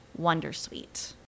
Wondersuite